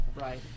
Right